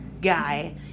guy